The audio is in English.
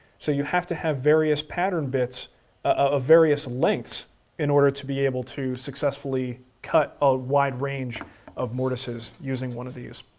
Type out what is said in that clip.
so you have to have various pattern bits of ah various lengths in order to be able to successfully cut a wide range of mortises using one of these.